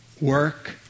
work